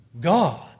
God